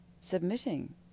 submitting